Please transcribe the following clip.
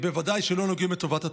שבוודאי לא נוגעים לטובת התלמידים.